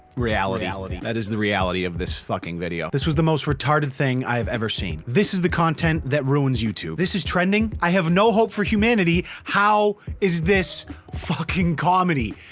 reality reality that is the reality of this fucking video. this was the most retarded thing i have ever seen this is the content that ruins youtube this is trending. i have no hope for humanity. how is this fucking comedy?